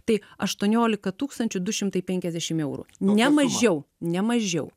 tai aštuoniolika tūkstančių du šimtai penkiasdešim eurų ne mažiau ne mažiau